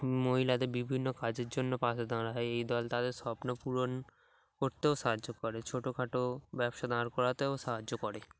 মহিলাদের বিভিন্ন কাজের জন্য পাশে দাঁড় হয় এই দল তাদের স্বপ্ন পূরণ করতেও সাহায্য করে ছোটখাটো ব্যবসা দাঁড় করাতেও সাহায্য করে